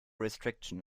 restriction